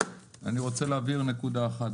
אני רוצה להבהיר נקודה אחת.